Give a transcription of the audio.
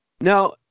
now